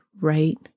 right